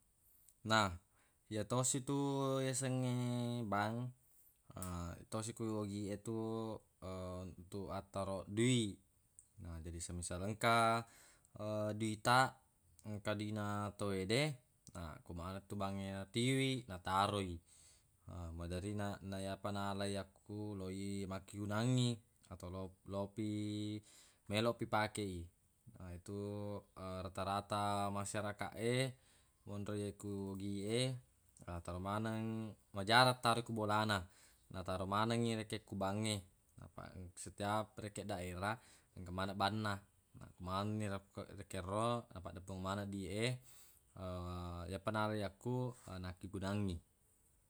Na yetosi tu yasengnge bang yetosi ku ogi e tu untuq antarong dui na jadi semisal engka dui taq engka duina tawwede na ku maneng tu bangnge natiwi nataroi maderri na nayepa nalai yakku loi makkegunangngi atau lo- lopi melopi pakei yetu rata-rata masyarakaq e monroe ku ogie nataro maneng majarang taro ku bolana nataro manengngi rekeng ku bangnge apaq setiap rekeng daerah engka maneng banna na akku mane rekeng ro napaddeppung maneng dui e yepa nalai yakku nakkigunangngi